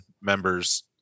members